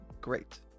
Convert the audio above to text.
great